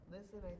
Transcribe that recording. Listen